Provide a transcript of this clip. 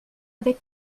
avec